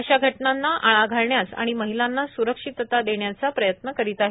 अशा घटनांना आळा घालण्यास आणि महिलांना स्रक्षीतता देण्याचा प्रयत्न करीत आहे